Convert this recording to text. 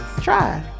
Try